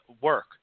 work